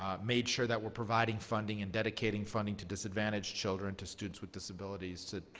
ah made sure that we're providing funding and dedicating funding to disadvantaged children, to students with disabilities, to